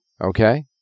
Okay